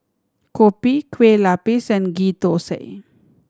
kopi Kueh Lapis and Ghee Thosai